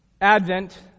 Advent